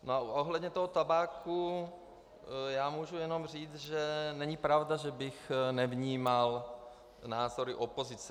A ohledně tabáku můžu jenom říct, že není pravda, že bych nevnímal názory opozice.